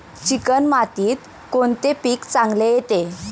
Chicken मातीत कोणते पीक चांगले येते?